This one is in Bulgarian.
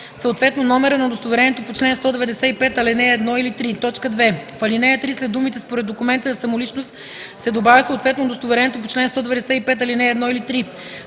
„съответно номера на удостоверението по чл. 195, ал. 1 или 3”. 2. В ал. 3 след думите “според документа за самоличност“ се добавя “съответно удостоверението по чл. 195, ал. 1 или 3“.